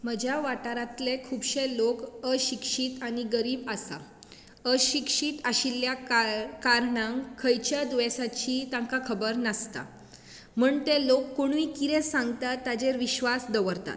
म्हज्या वाठारांतले खुबशे लोक अशिक्षीत आनी गरीब आसा अशिक्षीत आशिल्ल्या कारणान खंयच्या दुयेसांची ताका खबर नासता म्हूण ते लोक कोणूय कितें सांगता ताचेर विश्वास दवरतात